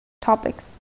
topics